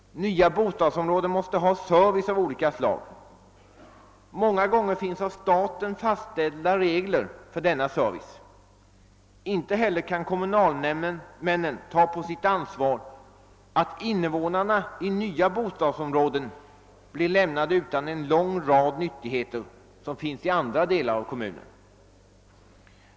Nya bostadsområden måste ha service av olika slag. Många gånger finns det av staten fastställda regler för denna service. Inte heller kan kommunalmännen ta på sitt ansvar att invånarna i nya bostadsområden lämnas utan en lång rad nyttigheter som finns i andra delar av kommunen.